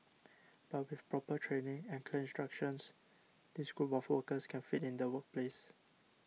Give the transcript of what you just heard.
but with proper training and clear instructions this group of workers can fit in the workplace